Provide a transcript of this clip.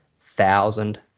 thousand